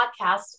podcast